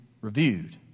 reviewed